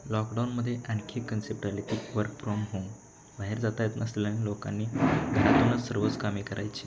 लॉकडाऊनमध्ये आणखी एक कन्सेप्ट आली ती वर्क फ्रॉम होम बाहेर जाता येत नसल्याने लोकांनी घरातूनच सर्वच कामे करायची